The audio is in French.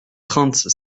trente